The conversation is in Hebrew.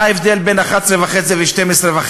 מה ההבדל בין 11.5 ל-12.5?